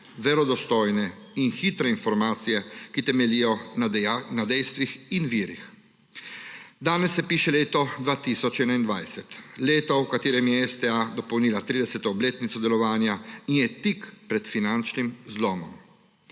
verodostojne in hitre informacije, ki temeljijo na dejstvih in virih. Danes se piše leto 2021, leto, v katerem je STA dopolnila 30. obletnico delovanja in je tik pred finančnim zlomom.